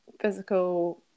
physical